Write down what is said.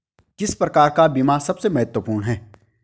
किस प्रकार का बीमा सबसे महत्वपूर्ण है?